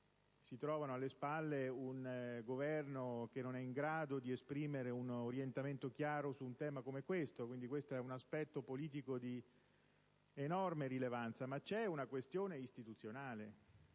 si trovano alle spalle un Governo che non è in grado di esprimere un orientamento chiaro su un tema come questo; quindi questo è un aspetto politico di enorme rilevanza. Ma c'è una questione istituzionale: